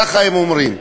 ככה הם אומרים.